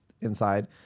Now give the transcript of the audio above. inside